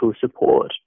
support